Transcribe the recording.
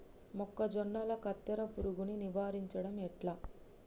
మొక్కజొన్నల కత్తెర పురుగుని నివారించడం ఎట్లా?